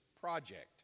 project